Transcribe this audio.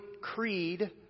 creed